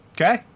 Okay